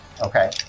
Okay